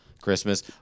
Christmas